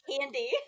candy